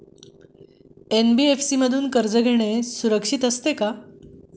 NBFC मधून कर्ज घेणे सुरक्षित असते का?